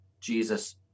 Jesus